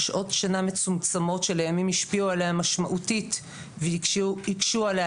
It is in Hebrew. שעות שינה מצומצמות שלימים השפיעו עליה משמעותית והקשו עליה